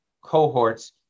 cohorts